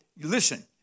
listen